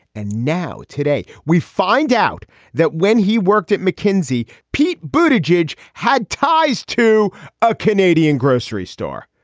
and now today we find out that when he worked at mckinsey, pete boudia jej jej had ties to a canadian grocery store.